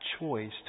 choice